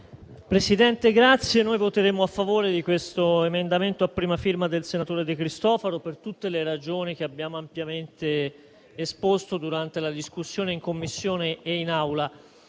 Presidente, noi voteremo a favore dell'emendamento 1.1016 a prima firma del senatore De Cristofaro per tutte le ragioni che abbiamo ampiamente esposto durante la discussione in Commissione e in Aula.